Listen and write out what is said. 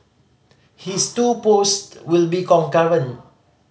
his two post will be concurrent